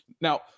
Now